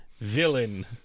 Villain